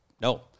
No